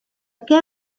què